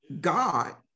God